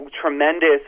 tremendous